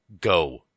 Go